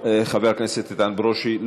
חבר הכנסת איתן ברושי,